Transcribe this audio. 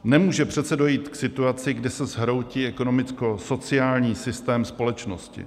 Nemůže přece dojít k situaci, kdy se zhroutí ekonomickosociální systém společnosti.